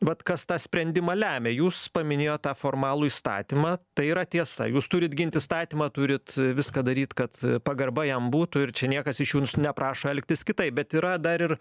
vat kas tą sprendimą lemia jūs paminėjot tą formalų įstatymą tai yra tiesa jūs turit gint įstatymą turit viską daryt kad pagarba jam būtų ir čia niekas iš jūsų neprašo elgtis kitaip bet yra dar ir